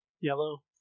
yellow